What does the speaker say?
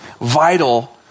vital